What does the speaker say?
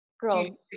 Girl